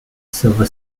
silver